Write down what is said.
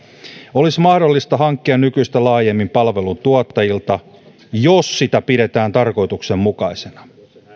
olisi mahdollista hankkia nykyistä laajemmin palveluntuottajilta jos sitä pidetään tarkoituksenmukaisena